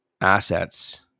assets